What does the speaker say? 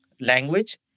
language